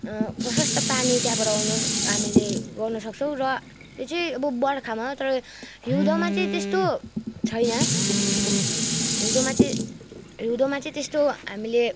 प्रशस्त पानी त्यहाँबाट आउन हामीले गर्नु सक्छौँ र यो चाहिँ अब बर्खामा तर हिउँदोमा चाहिँ त्यस्तो छैन हिउँदोमा चाहिँ हिउँदोमा चाहिँ त्यस्तो हामीले